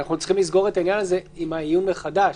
אנחנו צריכים לסגור את העניין הזה של העיון מחדש.